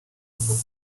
book